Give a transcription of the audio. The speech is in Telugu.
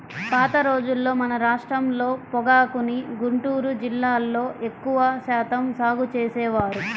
పాత రోజుల్లో మన రాష్ట్రంలో పొగాకుని గుంటూరు జిల్లాలో ఎక్కువ శాతం సాగు చేసేవారు